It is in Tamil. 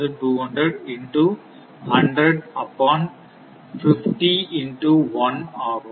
5 upon 100 into 1200 into 100 upon 50 into1ஆகும்